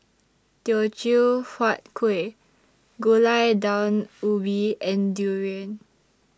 Teochew Huat Kuih Gulai Daun Ubi and Durian